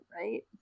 right